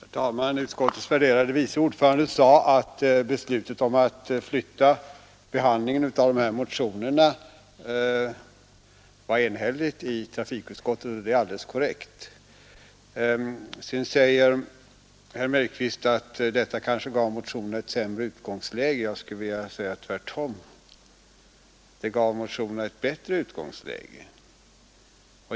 Herr talman! Utskottets värderade vice ordförande sade att trafikutskottets beslut om att flytta behandlingen av motionerna till hösten var enhälligt, och det är alldeles korrekt. Sedan sade herr Mellqvist att detta kanske gav motionerna ett sämre utgångsläge. Jag skulle vilja säga tvärtom. Det gav motionerna ett bättre utgångsläge.